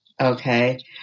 okay